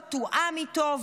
לא תואם איתו,